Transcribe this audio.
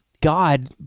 God